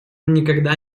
никогда